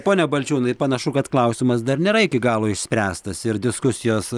pone balčiūnai panašu kad klausimas dar nėra iki galo išspręstas ir diskusijos